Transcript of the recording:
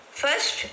first